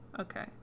Okay